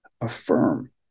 affirm